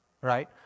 Right